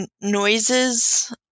noises